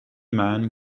man